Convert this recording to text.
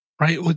Right